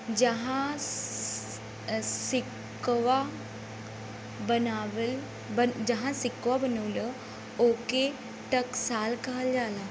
जहाँ सिक्कवा बनला, ओके टकसाल कहल जाला